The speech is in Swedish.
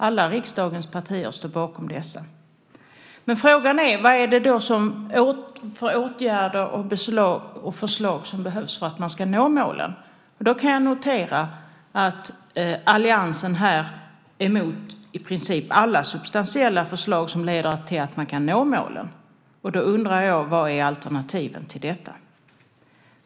Alla riksdagens partier står bakom dessa. Men frågan är vad det är för åtgärder och förslag som behövs för att man ska nå målen. Då kan jag notera att alliansen är emot i princip alla substantiella förslag som leder till att man kan nå målen. Då undrar jag: Vad är alternativen till detta?